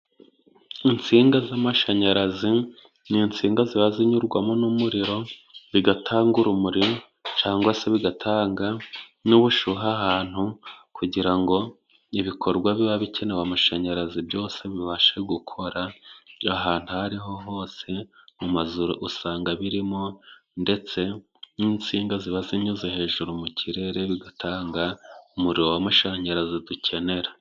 Insinga z'amashanyarazi ni insinga ziba zinyurwamo n'umuriro， bigatanga urumuri cyangwa se bigatanga n'ubushyuhe ahantu， kugira ngo ibikorwa biba bikenewe amashanyarazi byose bibashe gukora， ahantu ahariho hose mu mazu rusanga birimo， ndetse n'insinga ziba zinyuze hejuru mu kirere， bigatanga umuriro w'amashanyarazi dukenera.